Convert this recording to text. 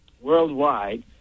worldwide